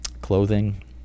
clothing